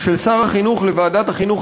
של שר החינוך לוועדת החינוך,